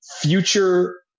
future